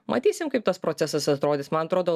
matysim kaip tas procesas atrodys man atrodo